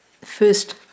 first